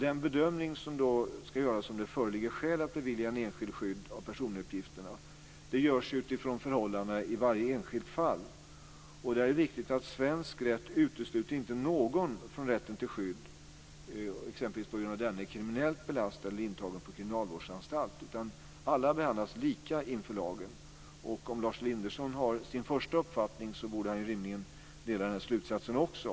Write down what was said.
Den bedömning som ska göras om det föreligger skäl att bevilja den enskilde skydd av personuppgifterna görs utifrån förhållandena i varje enskilt fall. Det är viktigt. Svensk rätt utesluter inte någon från rätten till skydd exempelvis på grund av att denna är kriminellt belastad eller intagen på kriminalvårdsanstalt. Alla behandlas lika inför lagen. Om Lars Elinderson har sin första uppfattning borde han rimligen också dela den slutsatsen.